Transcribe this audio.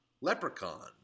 Leprechaun